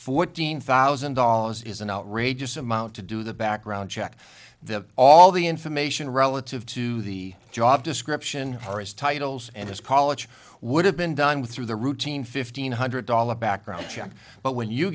fourteen thousand dollars is an outrageous amount to do the background check that all the information relative to the job description her as titles and as college would have been done with through the routine fifteen hundred dollar background check but when you